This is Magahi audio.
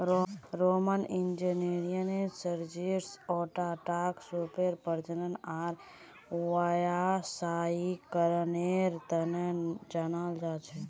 रोमन इंजीनियर सर्जियस ओराटाक सीपेर प्रजनन आर व्यावसायीकरनेर तने जनाल जा छे